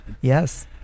Yes